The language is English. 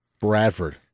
Bradford